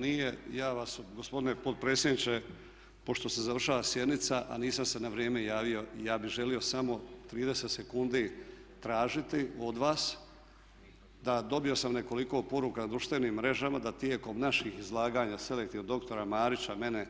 Nije, javljam se gospodine potpredsjedniče, pošto se završava sjednica a nisam se na vrijeme javio, ja bi želio samo 30 sekundi tražiti od vas da dobio sam nekoliko poruka na društvenim mrežama da tijekom naših izlaganja selektivno doktora Marića, mene,